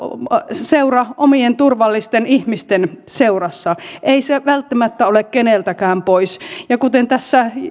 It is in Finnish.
seura omien turvallisten ihmisten seurassa ei se välttämättä ole keneltäkään pois ja kuten tässä